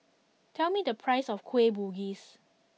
tell me the price of Kueh Bugis